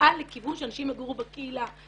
נפעל לכיוון שאנשים יגורו בקהילה.